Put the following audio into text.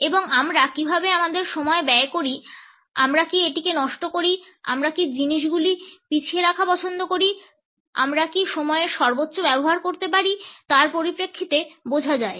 এবং আমরা কীভাবে আমাদের সময় ব্যয় করি আমরা কি এটিকে নষ্ট করি আমরা কি জিনিসগুলিকে পিছিয়ে রাখা পছন্দ করি আমরা কি সময়ের সর্বোচ্চ ব্যবহার করতে পারি তার পরিপ্রেক্ষিতে বোঝা যায়